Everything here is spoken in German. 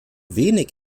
wenig